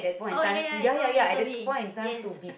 oh ya ya you told me you told me yes